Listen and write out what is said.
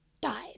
died